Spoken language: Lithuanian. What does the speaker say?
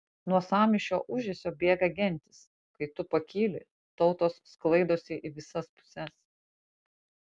nuo sąmyšio ūžesio bėga gentys kai tu pakyli tautos sklaidosi į visas puses